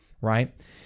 right